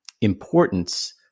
importance